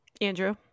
Andrew